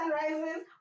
sunrises